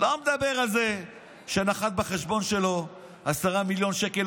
אני לא מדבר על זה שנחתו בחשבון שלו 10 מיליון שקלים,